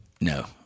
No